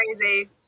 crazy